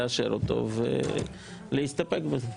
נאשר ונסתפק בזה.